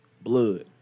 blood